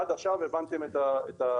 עד עכשיו הבנתם את הסכומים.